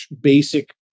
basic